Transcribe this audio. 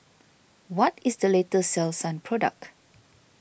what is the latest Selsun product